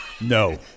No